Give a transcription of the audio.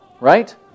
right